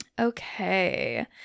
okay